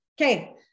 Okay